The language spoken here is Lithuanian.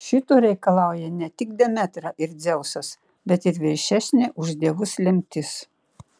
šito reikalauja ne tik demetra ir dzeusas bet ir viršesnė už dievus lemtis